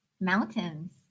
Mountains